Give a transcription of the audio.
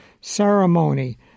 ceremony